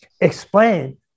explain